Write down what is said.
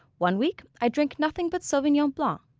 one week i'd drink nothing but sauvignon blanc,